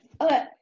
Okay